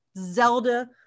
zelda